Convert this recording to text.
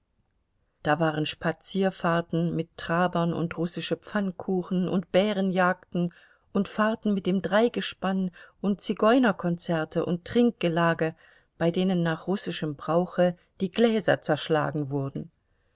da waren spazierfahrten mit trabern und russische pfannkuchen und bärenjagden und fahrten mit dem dreigespann und zigeunerkonzerte und trinkgelage bei denen nach russischem brauche die gläser zerschlagen wurden